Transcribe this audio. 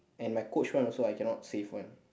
and my coach one also I cannot save [one]